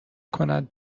کند